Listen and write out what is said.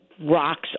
rocks